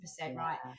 right